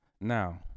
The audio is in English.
Now